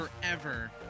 forever